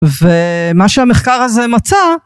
ומה שהמחקר הזה מצא